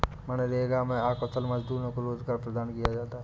मनरेगा में अकुशल मजदूरों को रोजगार प्रदान किया जाता है